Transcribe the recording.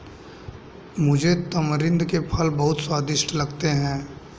मुझे तमरिंद के फल बहुत स्वादिष्ट लगते हैं